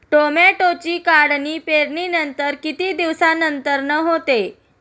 टोमॅटोची काढणी पेरणीनंतर किती दिवसांनंतर होते?